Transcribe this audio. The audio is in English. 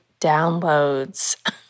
downloads